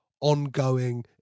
ongoing